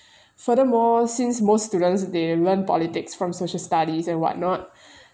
furthermore since most students they learn politics from social studies and what not